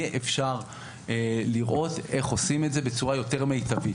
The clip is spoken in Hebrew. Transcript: יהיה אפשר לראות איך עושים את זה בצורה יותר מיטבית.